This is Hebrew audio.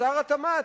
ושר התמ"ת,